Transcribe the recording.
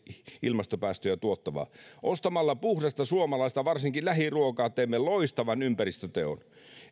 ilmastopäästöjä tuottavaa ostamalla puhdasta suomalaista varsinkin lähiruokaa teemme loistavan ympäristöteon